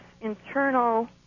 internal